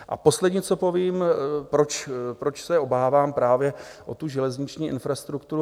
A poslední, co povím, proč se obávám právě o tu železniční infrastrukturu.